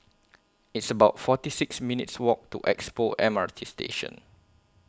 It's about forty six minutes' Walk to Expo M R T Station